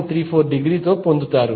34 డిగ్రీతో పొందుతారు